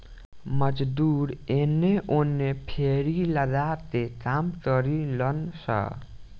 मजदूर एने ओने फेरी लगा के काम करिलन सन